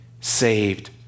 saved